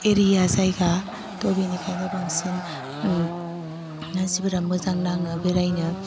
area जायगा थह बिनिखायनो बांसिन मानसिफोरा मोजां नाङो बेरायनो